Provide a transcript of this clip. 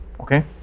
Okay